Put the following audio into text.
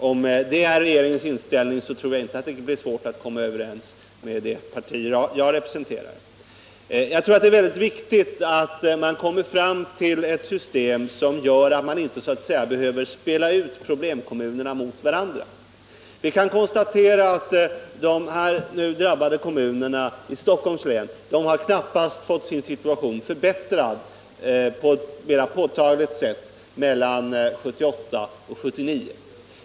Om det är regeringens inställning tror jag inte att det blir svårt att komma överens med det parti jag representerar. Jag tror att det är mycket viktigt att försöka komma fram till ett system som gör att man inte behöver spela ut problemkommunerna mot varandra. Vi kan konstatera att de nu drabbade kommunerna i Stockholms län knappast har fått sin situation förbättrad på ett mera påtagligt sätt mellan 1978 och 1979.